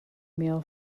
mail